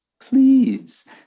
please